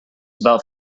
about